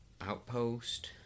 Outpost